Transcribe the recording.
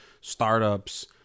startups